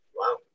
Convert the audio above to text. Wow